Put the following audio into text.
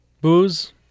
booze